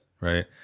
right